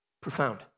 Profound